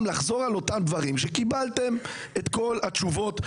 לחזור על אותם דברים שקיבלתם עליהם את כל התשובות.